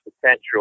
potential